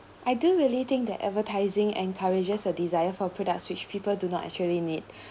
I do really think that advertising encourages a desire for products which people do not actually need